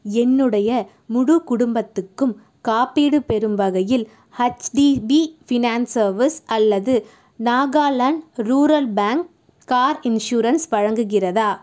என்னுடைய முழு குடும்பத்துக்கும் காப்பீடு பெறும் வகையில் ஹெச்டிபி ஃபினான்ஸ் சர்வீஸ் அல்லது Nagaland rural bank car insurance வழங்குகிறதா